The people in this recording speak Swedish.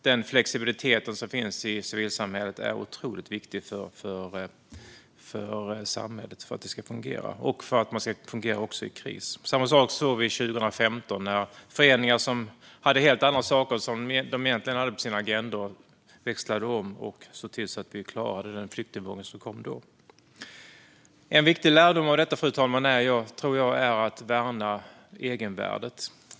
Den flexibilitet som finns i civilsamhället är otroligt viktig för att samhället ska fungera, också i kris. Vi såg samma sak 2015 när föreningar som egentligen hade helt andra saker på sina agendor växlade om och såg till att vi klarade av den flyktingvåg som kom då. En viktig lärdom av detta, fru talman, tror jag är att värna egenvärdet.